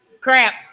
crap